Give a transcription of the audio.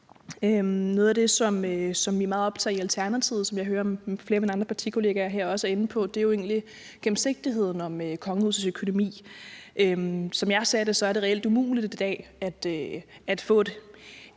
Noget af det, som vi er meget optaget af i Alternativet, og som jeg hører flere af mine andre partikollegaer her også er inde på, er jo egentlig gennemsigtigheden i kongehusets økonomi. Som jeg ser det, er det reelt umuligt i dag at få et